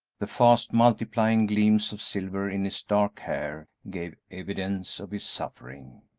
the fast multiplying gleams of silver in his dark hair, gave evidence of his suffering.